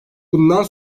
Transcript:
bundan